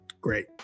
great